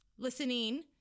listening